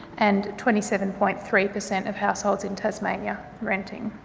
and twenty seven point three per cent of households in tasmania renting.